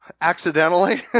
accidentally